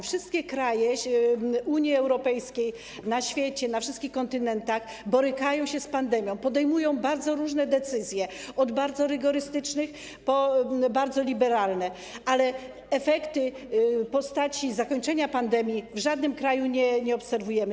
Wszystkie kraje Unii Europejskiej i na świecie, na wszystkich kontynentach, borykają się z pandemią, podejmują bardzo różne decyzje, od bardzo rygorystycznych po bardzo liberalne, ale efektów w postaci zakończenia pandemii w żadnym kraju nie obserwujemy.